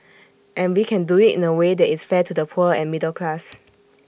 and we can do IT in A way that is fair to the poor and middle class